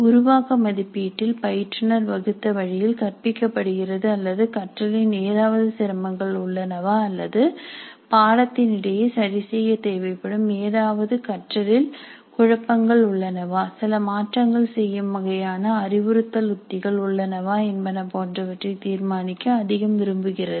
உருவாக்க மதிப்பீட்டில் பயிற்றுனர் வகுத்த வழியில் கற்பிக்கப்படுகிறது அல்லது கற்றலின் ஏதாவது சிரமங்கள் உள்ளனவா அல்லது பாடத்தின் இடையே சரி செய்ய தேவைப்படும் ஏதாவது கற்றலில் குழப்பங்கள் உள்ளனவா சில மாற்றங்கள் செய்யும் வகையான அறிவுறுத்தல் உத்திகள் உள்ளனவா என்பன போன்றவற்றை தீர்மானிக்க அதிகம் விரும்புகிறது